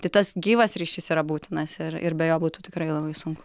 tai tas gyvas ryšys yra būtinas ir ir be jo būtų tikrai labai sunku